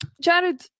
Jared